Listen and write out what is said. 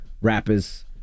rappers